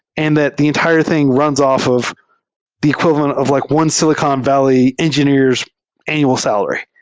and that the entire thing runs off of the equivalent of like one silicon valley engineer's annual salary.